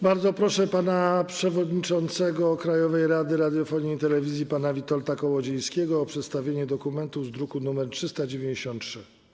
Bardzo proszę przewodniczącego Krajowej Rady Radiofonii i Telewizji pana Witolda Kołodziejskiego o przedstawienie dokumentu z druku nr 393.